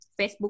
facebook